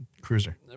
cruiser